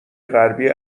غربی